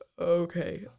Okay